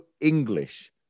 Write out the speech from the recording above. English